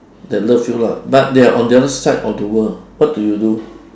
that love you lah but they are on the other side of the world what do you do